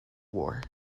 war